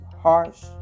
harsh